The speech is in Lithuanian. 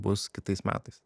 bus kitais metais